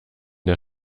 der